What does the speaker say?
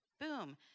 Boom